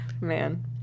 man